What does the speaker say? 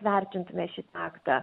vertintume šį faktą